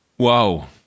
Wow